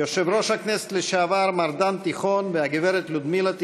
יושב-ראש הכנסת לשעבר מר דן תיכון והגברת לודמילה תיכון,